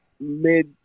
mid